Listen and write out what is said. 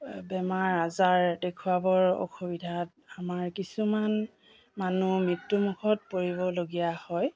বেমাৰ আজাৰ দেখুৱাবৰ অসুবিধাত আমাৰ কিছুমান মানুহ মৃত্যুমুখত পৰিবলগীয়া হয়